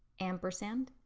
ampersand,